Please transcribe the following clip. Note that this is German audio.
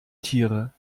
tiere